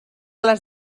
les